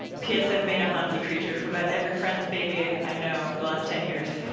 p s. i've made a hansi creature for about every friends' baby i know for the last ten years.